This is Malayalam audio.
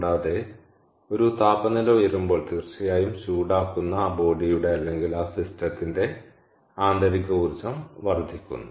കൂടാതെ ഒരു താപനില ഉയരുമ്പോൾ തീർച്ചയായും ചൂടാക്കുന്ന ആബോഡിയുടെ അല്ലെങ്കിൽ ആ സിസ്റ്റത്തിന്റെ ആന്തരിക ഊർജ്ജം വർദ്ധിക്കുന്നു